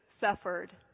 suffered